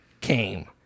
came